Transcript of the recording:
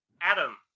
Adam